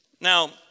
now